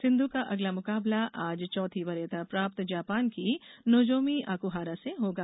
सिंधू का अगला मुकाबला आज चौथी वरीयता प्राप्त जापान की नोजोमी ओकुहारा से होगा